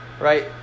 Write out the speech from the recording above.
right